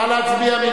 נא להצביע.